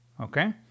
okay